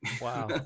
Wow